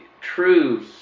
true